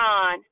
on